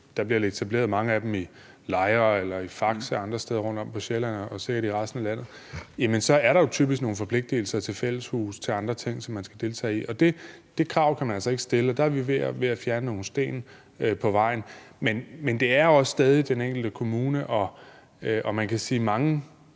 der bliver etableret mange af dem i Lejre, i Faxe og andre steder rundtomkring på Sjælland og sikkert også i resten af landet – så er der jo typisk nogle forpligtigelser til fælleshuse og til andre ting, som man skal deltage i. Og det krav kan man altså ikke stille, og der er vi ved at fjerne nogle sten på vejen. Men det gælder stadig den enkelte kommune. Og man kan sige, at mange